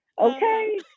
okay